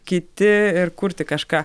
kiti ir kurti kažką